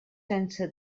sense